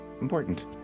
important